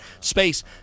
Space